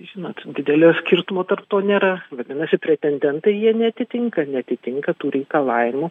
žinot didelio skirtumo tarp to nėra vadinasi pretendentai jie neatitinka neatitinka tų reikalavimų